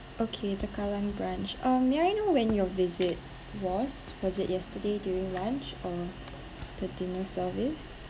okay the kallang branch um may I know when your visit was was it yesterday during lunch or the dinner service